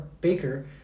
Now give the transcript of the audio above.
Baker